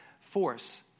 force